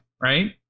right